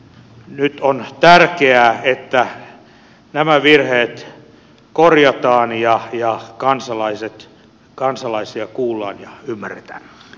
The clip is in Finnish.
nyt on tärkeää että nämä virheet korjataan ja kansalaisia kuullaan ja ymmärretään